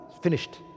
finished